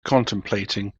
contemplating